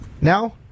Now